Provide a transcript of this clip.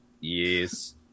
Yes